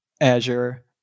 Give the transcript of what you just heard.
Azure